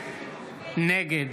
נגד